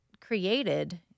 created